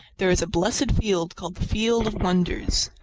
there is a blessed field called the field of wonders.